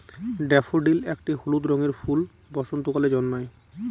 daffodil একটি হলুদ রঙের ফুল বসন্তকালে জন্মায়